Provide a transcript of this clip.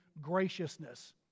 graciousness